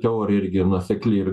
teorija irgi nuosekli ir